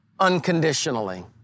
unconditionally